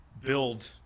build